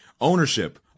ownership